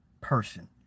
person